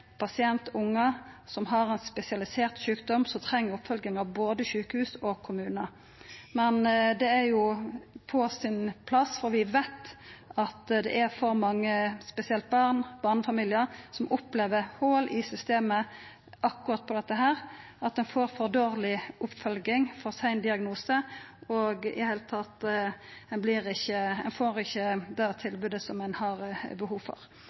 som har ein spesialisert sjukdom som treng oppfølging av både sjukehus og kommune. Men det er på sin plass, for vi veit at det er for mange, spesielt barn og barnefamiliar, som opplever hol i systemet akkurat på dette, at ein får for dårleg oppfølging og for sein diagnose – ein får i det heile ikkje det tilbodet som ein har behov for.